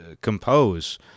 compose